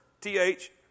T-H